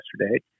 yesterday